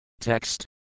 Text